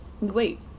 wait